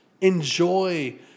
Enjoy